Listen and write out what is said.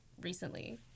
recently